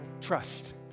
trust